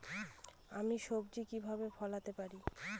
আমি সবজি কিভাবে ফলাতে পারি?